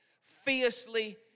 fiercely